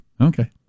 Okay